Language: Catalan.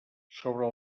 sobre